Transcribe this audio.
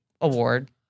award